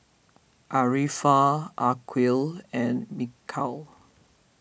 Arifa Aqil and Mikhail